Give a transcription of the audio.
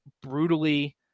brutally